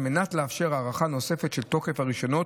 על מנת לאפשר הארכה נוספת של תוקף הרישיונות